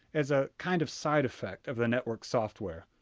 as a kind of side effect of the network software.